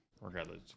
regardless